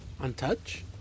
Untouch